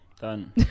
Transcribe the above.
Done